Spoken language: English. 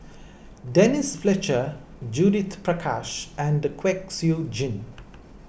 Denise Fletcher Judith Prakash and Kwek Siew Jin